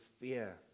fear